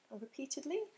repeatedly